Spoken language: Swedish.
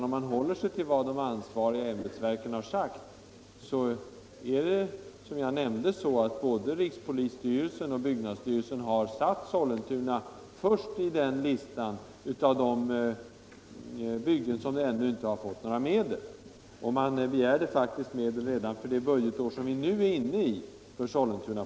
Om man håller sig till vad de ansvariga ämbetsverken har sagt, visar det sig att både rikspolisstyrelsen och byggnadsstyrelsen har satt Sollentuna först på listan över de byggen som ännu inte fått några medel. De begärde faktiskt medel för Sollentuna polishus redan för innevarande budgetår.